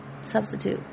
substitute